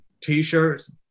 t-shirts